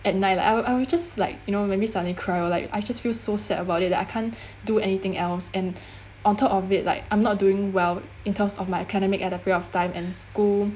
at night I will I will just like you know maybe suddenly cry like I just feel so sad about it that I can't do anything else and on top of it like I'm not doing well in terms of my academic at that period of time and school